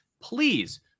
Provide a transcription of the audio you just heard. please